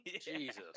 Jesus